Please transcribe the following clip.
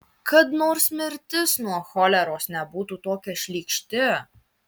kad nors mirtis nuo choleros nebūtų tokia šlykšti